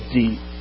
deep